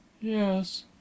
Yes